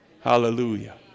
Hallelujah